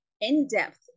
in-depth